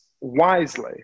wisely